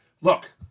look